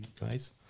guys